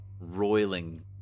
roiling